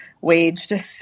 waged